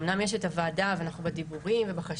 אמנם יש את הוועדה ואנחנו בדיבורים ובחשיבה,